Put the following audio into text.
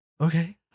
Okay